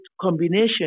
combination